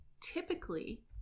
typically